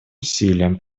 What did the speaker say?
усилиям